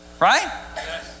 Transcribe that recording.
right